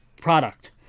product